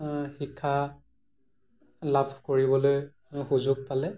শিক্ষা লাভ কৰিবলৈ সুযোগ পালে